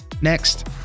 Next